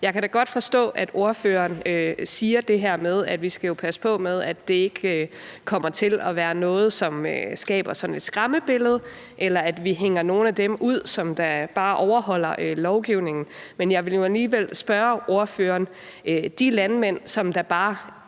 Jeg kan da godt forstå, at ordføreren siger det her med, at vi jo skal passe på, at det ikke kommer til at være noget, som skaber sådan et skræmmebillede, eller at vi hænger nogle af dem, som bare overholder lovgivningen, ud. Men jeg vil nu alligevel spørge ordføreren: Har de landmænd, som bare